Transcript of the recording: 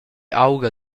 aura